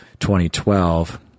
2012